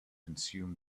consume